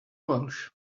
welch